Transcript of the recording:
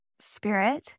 spirit